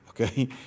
okay